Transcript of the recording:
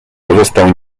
pozostał